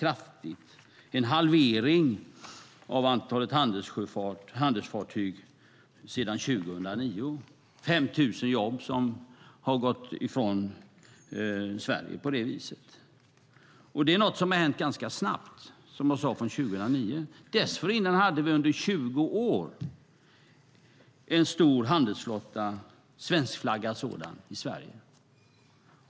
Det har skett en halvering av antalet handelsfartyg sedan 2009. 5 000 jobb har försvunnit från Sverige på det viset. Det är något som har hänt ganska snabbt, alltså sedan 2009. Dessförinnan hade vi under 20 år en stor, svenskflaggad handelsflotta i Sverige.